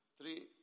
three